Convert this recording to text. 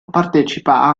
partecipa